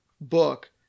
book